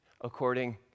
according